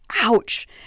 ouch